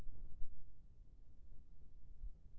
घर बनाना ही त मोला कैसे आवेदन करना हे?